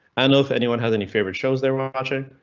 i know if anyone has any favorite shows there um watching,